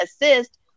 assist